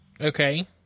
Okay